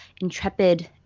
intrepid